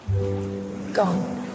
Gone